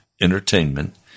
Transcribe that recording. entertainment